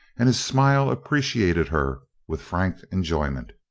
and his smile appreciated her with frank enjoyment.